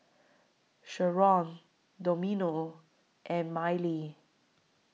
Sheron Domingo and Mylee